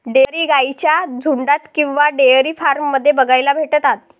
dairy गाई गाईंच्या झुन्डात किंवा डेयरी फार्म मध्ये बघायला भेटतात